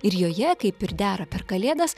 ir joje kaip ir dera per kalėdas